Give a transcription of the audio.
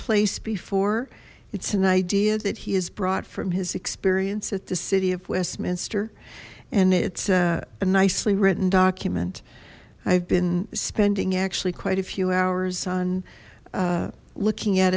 place before it's an idea that he has brought from his experience at the city westminster and it's a nicely written document i've been spending actually quite a few hours on looking at